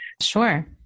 Sure